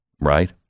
right